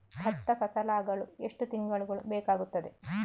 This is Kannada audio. ಭತ್ತ ಫಸಲಾಗಳು ಎಷ್ಟು ತಿಂಗಳುಗಳು ಬೇಕಾಗುತ್ತದೆ?